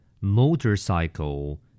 Motorcycle